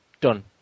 Done